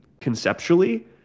conceptually